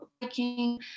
biking